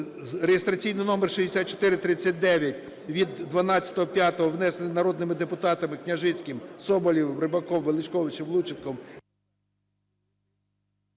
(реєстраційний номер 6439) від 12.05, внесений народними депутатами Княжицьким, Соболєвим, Рибаком, Величковичем, Лученком…